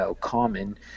common